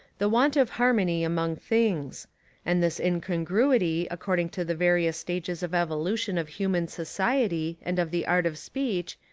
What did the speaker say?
the want of harmony among things and this incongruity, according to the various stages of evolution of human society and of the art of speech,